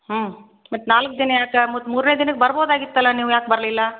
ಹ್ಞೂ ಮತ್ತೆ ನಾಲ್ಕು ದಿನ ಯಾಕೆ ಮತ್ತೆ ಮೂರನೇ ದಿನಕ್ಕೆ ಬರ್ಬೋದಾಗಿತ್ತಲ್ವ ನೀವು ಯಾಕೆ ಬರಲಿಲ್ಲ